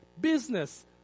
business